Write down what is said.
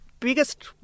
Biggest